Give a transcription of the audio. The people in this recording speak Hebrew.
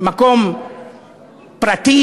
מקום פרטי,